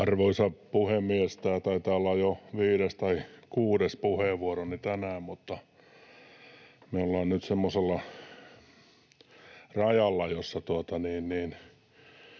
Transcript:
Arvoisa puhemies! Tämä taitaa olla jo viides tai kuudes puheenvuoroni tänään, mutta me ollaan nyt semmoisella rajalla, jossa